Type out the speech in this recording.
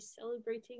celebrating